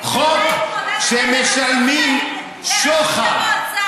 חוק שמשלמים שוחד,